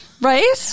Right